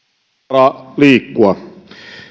varaa liikkua